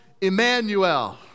Emmanuel